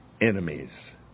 enemies